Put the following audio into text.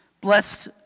Blessed